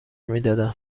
میدادم